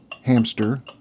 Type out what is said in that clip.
Hamster